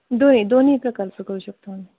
दोन्ही दोन्ही प्रकारचं करू शकतो आम्ही